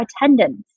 attendance